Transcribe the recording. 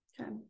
Okay